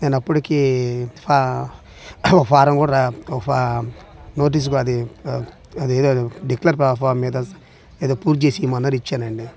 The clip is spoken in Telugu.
నేను అప్పటికి ఫారం కూడా నోటీస్ ఫామ్ డిక్లేర్ ఫామ్ మీద ఏదో పూర్తి చేసి ఇవ్వమన్నారు ఇచ్చానండి